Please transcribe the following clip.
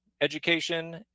education